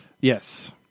Yes